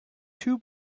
two